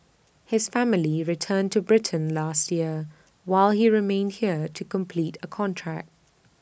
his family returned to Britain last year while he remained here to complete A contract